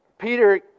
Peter